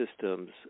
systems